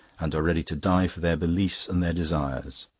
and are ready to die for their beliefs and their desires.